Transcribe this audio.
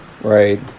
right